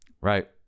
Right